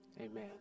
Amen